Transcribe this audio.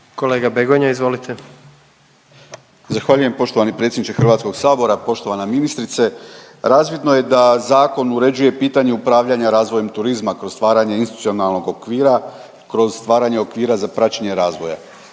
**Begonja, Josip (HDZ)** Zahvaljujem poštovani predsjedniče HS. Poštovana ministrice, razvidno je da zakon uređuje pitanje upravljanja razvojem turizma kroz stvaranje institucionalnog okvira i kroz stvaranje okvira za praćenje razvoja.